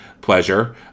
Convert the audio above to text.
pleasure